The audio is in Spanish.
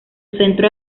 centro